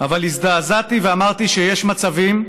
אבל הזדעזעתי ואמרתי שיש מצבים,